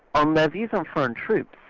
on their views on foreign troops,